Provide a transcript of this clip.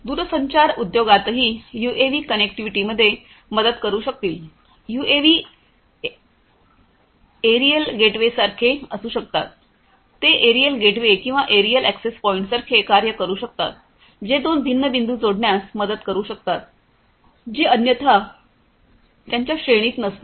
दूरसंचार उद्योगातही यूएव्ही कनेक्टिव्हिटीमध्ये मदत करू शकतील यूएव्ही एअरियल गेटवेसारखे असू शकतात ते एअरियल गेटवे किंवा एरियल एक्सेस पॉईंट्ससारखे कार्य करू शकतात जे दोन भिन्न बिंदू जोडण्यास मदत करू शकतात जे अन्यथा त्यांच्या श्रेणीत नसतील